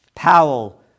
Powell